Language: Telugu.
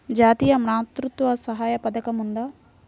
జాతీయ మాతృత్వ సహాయ పథకం ఉందా?